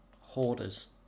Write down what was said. hoarders